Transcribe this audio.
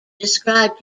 described